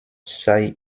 sei